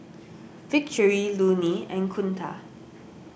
Victory Lonny and Kunta